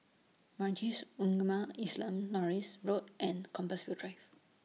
Majlis Ugama Islam Norris Road and Compassvale Drive